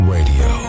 Radio